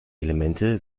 elemente